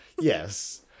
Yes